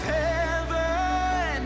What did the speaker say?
heaven